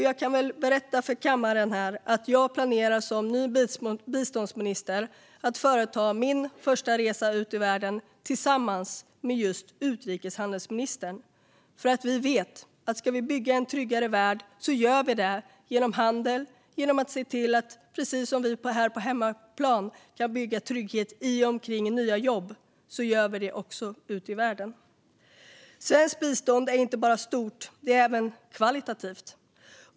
Jag kan berätta för kammaren att jag som ny biståndsminister planerar att företa min första resa ut i världen tillsammans med utrikeshandelsministern. Vi vet att det är genom handel som vi bygger en tryggare värld. Precis som vi här på hemmaplan kan bygga trygghet i och omkring nya jobb gör vi också det ute i världen. Svenskt bistånd är inte bara stort. Det är även högkvalitativt.